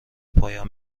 پایان